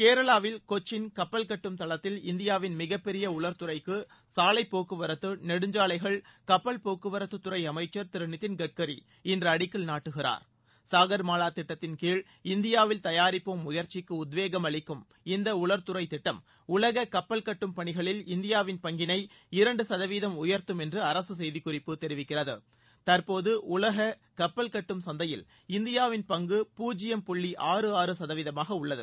கேரளாவில் கொச்சின் கப்பல் கட்டும் தளத்தில் இந்தியாவின் மிகப்பெரிய உலர் துறைக்கு சாலைப்போக்குவரத்து நெடுஞ்சாலைகள் கப்பல் போக்குவரத்து துறை அமைச்சர் திரு நிதின் கட்கரி இன்று அடிக்கல் நாட்டுகிறார் சாகர்மாலா திட்டத்தின் கீழ் இந்தியாவில் தயாரிப்போம் முயற்சிக்கு உத்வேகம் அளிக்கும் இந்த உலர் துறை திட்டம் உலக கப்பல் கட்டும் பணிகளில் இந்தியாவின் பங்கினை இரண்டு சதவீதம் உயர்த்தும் என்று அரசு செய்திக்குறிப்பு தெரிவிக்கிறது தற்போது உலக கப்பல் கட்டும் சந்தையில் இந்தியாவின் பங்கு பூஜ்யம் புள்ளி ஆறு ஆறு சதவீதமாக உள்ளது